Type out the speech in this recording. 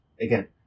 again